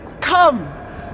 come